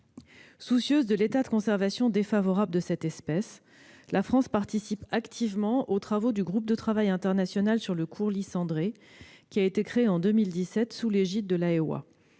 Soucieuse de l'état de conservation défavorable de cette espèce, la France participe activement aux travaux du groupe de travail international sur le courlis cendré, créé en 2017 sous l'égide de l'AEWA.